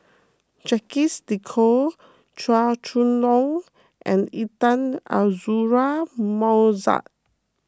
Jacques De Coutre Chua Chong Long and Intan Azura Mokhtar